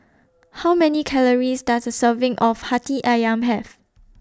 How Many Calories Does A Serving of Hati Ayam Have